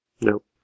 Nope